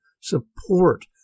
support